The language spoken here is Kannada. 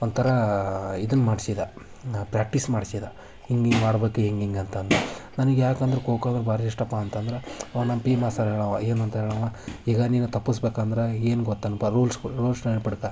ಒಂಥರ ಇದನ್ನು ಮಾಡಿಸಿದ ಪ್ರ್ಯಾಕ್ಟೀಸ್ ಮಾಡಿಸಿದ ಹಿಂಗಿಂಗೆ ಮಾಡ್ಬೇಕು ಹಿಂಗಿಂಗಂತಂದು ನನಿಗೆ ಯಾಕಂದ್ರೆ ಖೋ ಖೋ ಅಂದ್ರೆ ಭಾರಿ ಇಷ್ಟಪ್ಪ ಅಂತಂದ್ರೆ ಅವ ನಮ್ಮ ಪಿ ಇ ಮಾಸ್ತರ್ ಹೇಳುವ ಏನಂತ ಹೇಳುವ ಈಗ ನೀನು ತಪ್ಪಿಸ್ಬೇಕಂದ್ರೆ ಏನು ಗೊತ್ತೆನಪ್ಪ ರೂಲ್ಸುಗು ರೂಲ್ಶ್ ನೆನಪಿಟ್ಕೊ